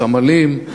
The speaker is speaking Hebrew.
סמלים,